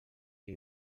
que